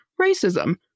racism